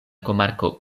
komarko